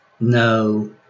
no